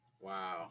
Wow